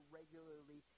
regularly